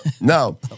no